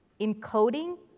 encoding